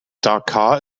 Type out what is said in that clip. dhaka